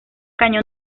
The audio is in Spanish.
cañón